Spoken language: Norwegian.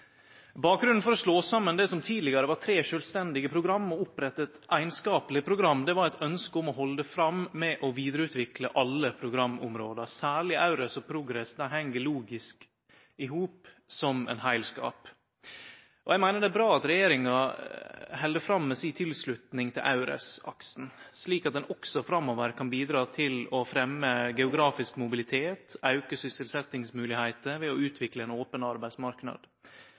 Bakgrunnen for å slå saman det som tidlegare var tre sjølvstendige program, og opprette eit einskapleg program var eit ønskje om å halde fram med å vidareutvikle alle programområda, særlig EURES og PROGRESS som heng logisk i hop som ein heilskap. Eg meiner det er bra at regjeringa held fram med si tilslutning til EURES-aksen, slik at ho også framover kan bidra til å fremje geografisk mobilitet og auke moglegheitene for sysselsetjing ved å utvikle ein open arbeidsmarknad.